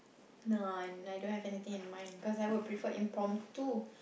no no I don't have anything in mind because I would prefer impromptu